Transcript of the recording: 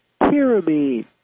tyramine